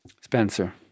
Spencer